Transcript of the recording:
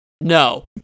No